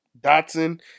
Dotson